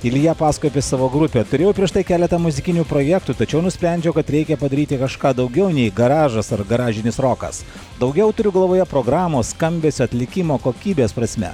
ilja pasakoja apie savo grupę turėjau prieš tai keletą muzikinių projektų tačiau nusprendžiau kad reikia padaryti kažką daugiau nei garažas ar garažinis rokas daugiau turiu galvoje programos skambesio atlikimo kokybės prasme